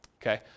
okay